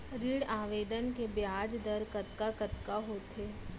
ऋण आवेदन के ब्याज दर कतका कतका होथे?